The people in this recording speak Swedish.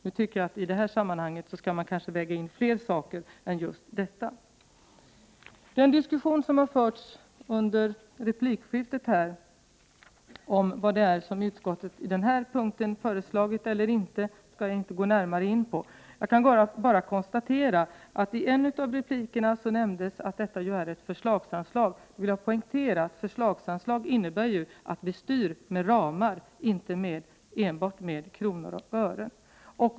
Nu tycker jag att man i detta sammanhang skall väga in fler saker. Diskussionen under replikskiftet om vad utskottet har föreslagit och inte föreslagit på denna punkt skall jag inte närmare gå in på. Jag vill bara konstatera att det i en av replikerna nämndes att detta ju är ett förslagsanslag. Förslagsanslag innebär ju, vilket jag vill poängtera, att vi styr med ramar, inte med enbart kronor och ören.